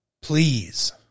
please